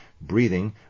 breathing